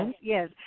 yes